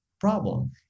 problem